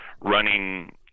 running